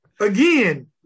Again